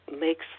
makes